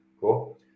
Cool